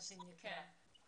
מה שנקרא.